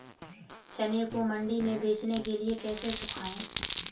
चने को मंडी में बेचने के लिए कैसे सुखाएँ?